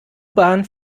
bahn